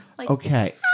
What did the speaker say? Okay